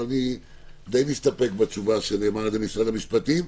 אבל אני די מסתפק בתשובה של משרד המשפטים.